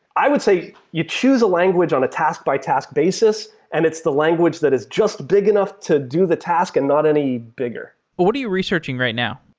i would say you choose a language on a task-by-task basis and it's the language that is just big enough to do the task and not any bigger but what are you researching right now?